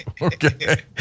okay